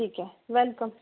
ठीक है वेलकम